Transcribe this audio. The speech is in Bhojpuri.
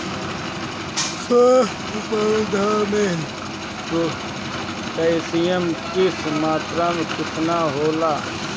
स्वस्थ पौधा मे पोटासियम कि मात्रा कितना होला?